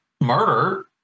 murder